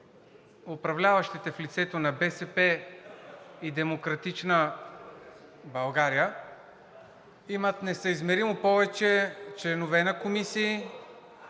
управляващите в лицето на БСП и „Демократична България“ имат несъизмеримо членове на комисии